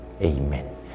Amen